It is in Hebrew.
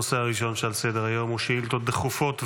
הנושא הראשון שעל סדר-היום הוא שאילתות דחופות ורגילות.